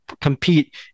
compete